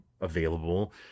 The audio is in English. available